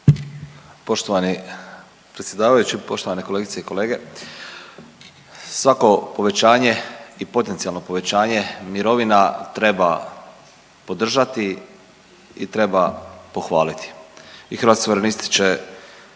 Poštovani predsjedavajući, poštovane kolegice i kolege. Svako povećanje i potencijalno povećanje mirovina treba podržati i treba pohvaliti i Hrvatski suverenisti će